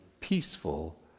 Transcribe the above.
peaceful